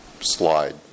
slide